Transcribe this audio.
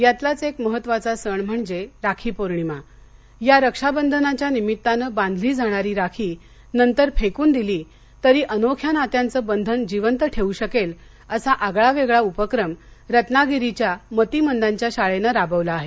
यातलाच एक महत्त्वाचा सण म्हणजे राखी पौर्णिमा या रक्षाबंधनाच्या निमित्तानं बांधली जाणारी राखी नंतर फेकून दिली तरी अनोख्या नात्याचं बंधन जिवंत ठेवू शकेल असा आगळावेगळा उपक्रम रत्नागिरीच्या मतिमंदांच्या शाळेनं राबविला आहे